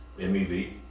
M-E-V